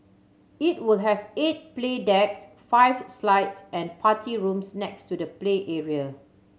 it will have eight play decks five slides and party rooms next to the play area